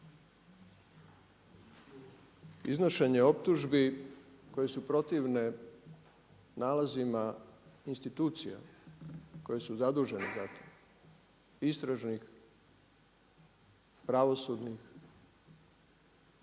Iznošenje optužbi koje su protivne nalazima institucija koje su zadužene za to, istražnih, pravosudnih,